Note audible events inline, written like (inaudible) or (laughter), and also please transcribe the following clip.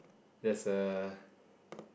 there's a (breath)